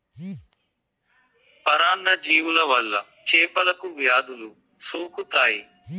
పరాన్న జీవుల వల్ల చేపలకు వ్యాధులు సోకుతాయి